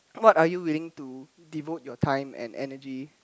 what are you willing to devote your time and energy